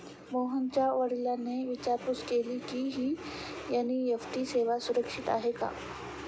मोहनच्या वडिलांनी विचारपूस केली की, ही एन.ई.एफ.टी सेवा सुरक्षित आहे का?